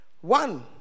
One